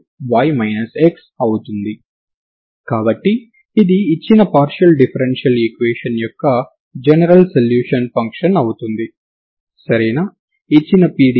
ఈ విధంగా వ్రాస్తే ఇక్కడ సగం ఉంది కాబట్టి ఈ ఉత్పన్నాన్ని మీరు లోపల తీసుకుంటే మీరు T ∞ux